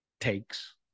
takes